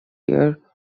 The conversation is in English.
year